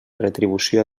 retribució